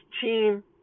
team